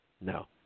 no